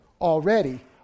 already